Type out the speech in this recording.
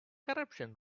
corruption